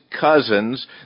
cousins